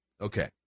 Okay